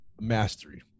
mastery